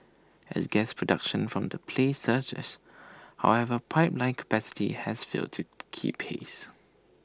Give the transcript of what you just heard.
as gas production from the play surges however pipeline capacity has failed to keep pace